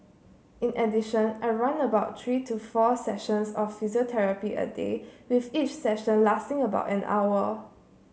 in addition I run about three to four sessions of physiotherapy a day with each session lasting about an hour